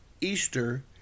Easter